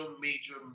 major